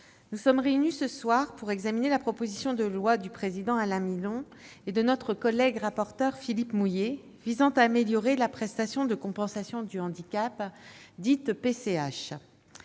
nous sommes réunis ce soir pour examiner la proposition de loi du président Alain Milon et de notre collègue rapporteur Philippe Mouiller visant à améliorer la prestation de compensation du handicap, la PCH.